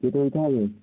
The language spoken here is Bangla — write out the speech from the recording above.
কেটে দিতে হবে